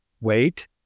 wait